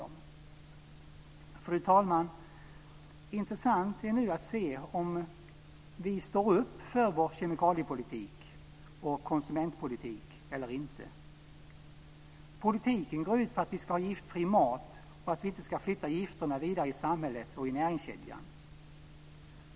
Det är nu intressant att se om vi står upp för vår kemikaliepolitik och konsumentpolitik eller inte. Politiken går ut på att vi ska ha giftfri mat och att vi inte ska flytta gifterna vidare i samhället och i näringskedjan.